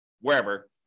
wherever